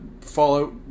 Fallout